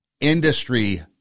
industry